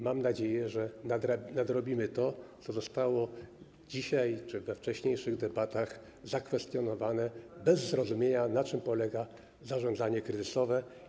Mam nadzieję, że nadrobimy to, co zostało dzisiaj czy we wcześniejszych debatach zakwestionowane z powodu braku zrozumienia, na czym polega zarządzanie kryzysowe.